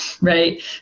right